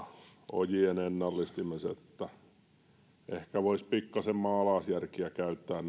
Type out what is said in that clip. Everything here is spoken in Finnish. ojien ennallistamiset ehkä voisi pikkasen maalaisjärkeä käyttää